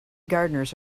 gardeners